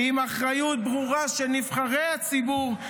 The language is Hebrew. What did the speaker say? עם אחריות ברורה של נבחרי הציבור,